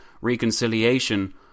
reconciliation